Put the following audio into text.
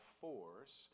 force